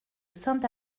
sainte